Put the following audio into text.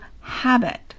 habit